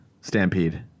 stampede